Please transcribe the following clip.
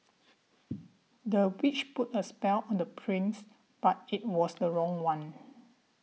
the witch put a spell on the prince but it was the wrong one